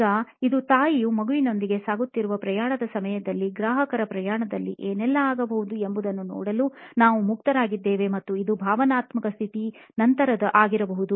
ಈಗ ಇದು ತಾಯಿಯು ಮಗುವಿನೊಂದಿಗೆ ಸಾಗುತ್ತಿರುವ ಪ್ರಯಾಣದ ಸಮಯದಲ್ಲಿ ಗ್ರಾಹಕರ ಪ್ರಯಾಣದಲ್ಲಿ ಏನೆಲ್ಲಾ ಆಗಬಹುದು ಎಂಬುದನ್ನು ನೋಡಲು ನಾವು ಮುಕ್ತರಾಗಿದ್ದೇವೆ ಮತ್ತು ಇದು ಭಾವನಾತ್ಮಕ ಸ್ಥಿತಿಯ ನಂತರದು ಆಗಿರಬಹುದು